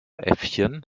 äffchen